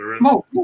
no